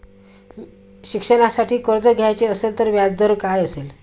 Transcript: शिक्षणासाठी कर्ज घ्यायचे असेल तर व्याजदर काय असेल?